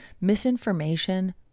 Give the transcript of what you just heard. misinformation